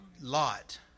Lot